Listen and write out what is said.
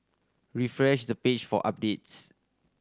refresh the page for updates